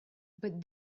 but